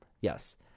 Yes